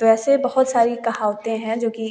तो ऐसी बहुत सारी कहावतें हैं जो कि